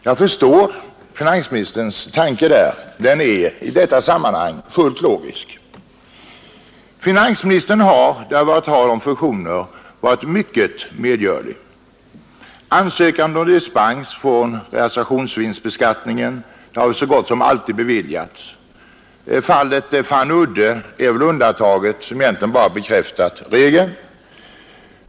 Jag förstår finansministerns tanke, den är i detta sammanhang fullt logisk. Finansministern har, då det varit tal om fusioner, varit mycket medgörlig. Ansökan om dispens från realisationsvinstbeskattning har så gott som alltid beviljats. Fallet Fannyudde är väl undantaget, som egentligen bara bekräftar regeln.